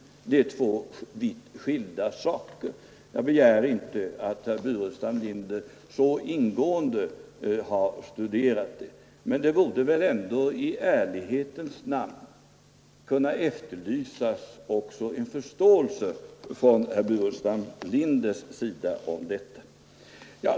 Det är två vitt skilda saker. Jag begär inte att herr Burenstam Linder så ingående skall ha studerat detta, men i ärlighetens namn borde väl herr Burenstam Linder kunna visa förståelse härför.